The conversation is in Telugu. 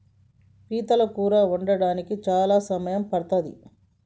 పీతల కూర వండడానికి చాలా సమయం పడ్తది